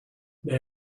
they